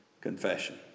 Confession